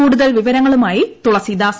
കൂടുതൽ വിവരങ്ങളുമായി തുളസീദാസ്